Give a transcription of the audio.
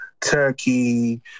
Turkey